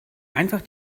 einfach